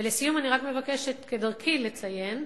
ולסיום אני מבקשת, כדרכי, לציין,